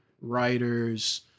writers